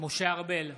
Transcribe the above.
משה ארבל,